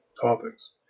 topics